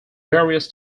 various